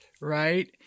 right